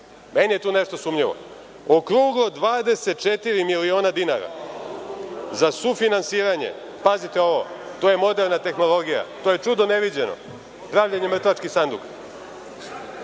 meni je tu nešto sumnjivo, okruglo 24 miliona dinara za sufinansiranje, pazite ovo, to je moderna tehnologija, to je čudo neviđeno, pravljenje mrtvačkih sanduka,